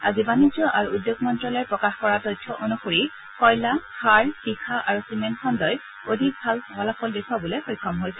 আজি বাণিজ্য আৰু উদ্যোগ মন্ত্যালয়ে প্ৰকাশ কৰা তথ্য অনুসৰি কয়লা সাৰ তীখা আৰু চিমেণ্ট খণুই অধিক ভাল ফলাফল দেখুৱাবলৈ সক্ষম হৈছে